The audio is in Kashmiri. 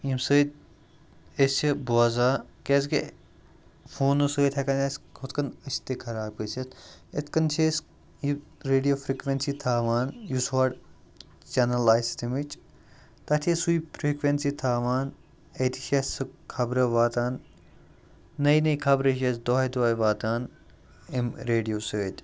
ییٚمہِ سۭتۍ أسۍ چھِ بوزاں کیٛازِ کہِ فونو سۭتۍ ہیٚکان اسہِ ہُتھ کٔنۍ أسۍ تہِ خراب گٔژھِتھ یِتھ کٔنۍ چھِ أسۍ یہِ ریڈیو فِرٛیٖکویٚنسی تھاوان یُس ہورٕ چیٚنَل آسہِ تمِچ تَتھ چھِ أسۍ سُے فرٛیٖکویٚنسی تھاوان اَتی چھِ اسہِ سُہ خبرٕ واتان نٔیہِ نٔیہِ خبرٕ چھِ اسہِ دۄہَے دۄہَے واتان اَمہِ ریڈیو سۭتۍ